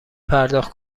پرداخت